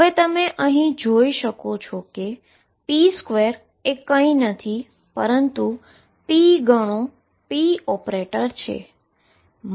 અહી તમે જોઈ શકો છો કે p2 એ કઈ નથી પરંતુ p ગણો p ઓપરેટર છે